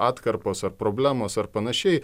atkarpos ar problemos ar panašiai